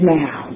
now